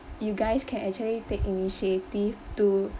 you guys can actually take initiative to